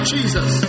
Jesus